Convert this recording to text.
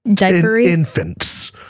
infants